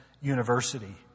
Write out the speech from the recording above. University